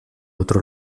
otro